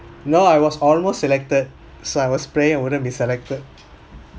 no I was almost selected so I was praying I wouldn't be selected